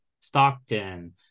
Stockton